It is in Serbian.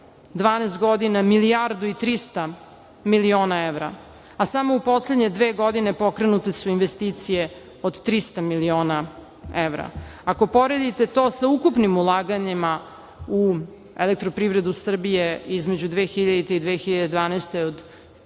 12 godina milijardu i 300 miliona evra, a samo u poslednje dve godine pokrenute su investicije od 300 miliona evra. Ako poredite to sa ukupnim ulaganjima u elektroprivredu Srbije između 2000. i 2012.